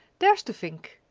there's the vink,